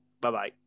Bye-bye